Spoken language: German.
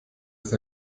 ist